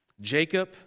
Jacob